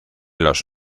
los